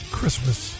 Christmas